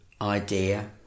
Idea